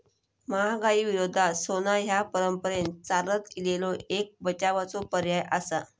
महागाई विरोधात सोना ह्या परंपरेन चालत इलेलो एक बचावाचो पर्याय आसा